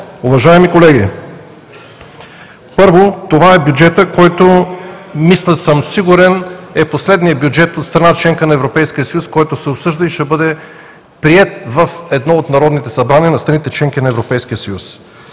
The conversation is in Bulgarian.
уважаеми колеги, първо, това е бюджетът, който мисля, че съм сигурен, е последният бюджет от страна – членка на Европейския съюз, който се обсъжда и ще бъде приет в едно от народните събрания на страните – членки на Европейския съюз.